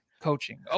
coaching